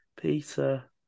Peter